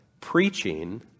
preaching